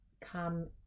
come